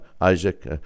Isaac